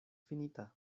finita